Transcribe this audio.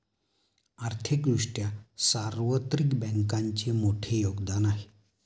आर्थिक दृष्ट्या सार्वत्रिक बँकांचे मोठे योगदान आहे